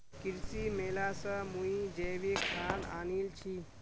कृषि मेला स मुई जैविक खाद आनील छि